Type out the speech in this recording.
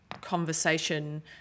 conversation